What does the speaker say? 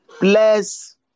bless